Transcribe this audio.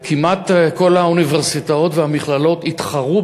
כמעט כל האוניברסיטאות והמכללות התחרו